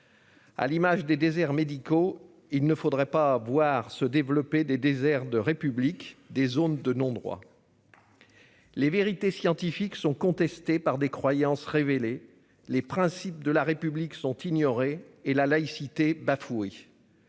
À l'image des déserts médicaux. Il ne faudrait pas voir se développer des déserts de République des zones de non-droit. Les vérités scientifiques sont contestés par des croyances révélé les principes de la République sont ignorées et la laïcité bafouée.